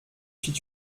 fit